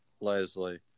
Leslie